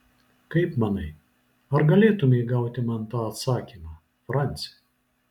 kaip manai ar galėtumei gauti man tą atsakymą franci